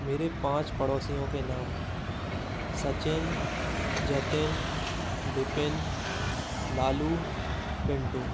मेरे पाँच पड़ोसियों के नाम सचिन जतिन विपिन लालू पिंटू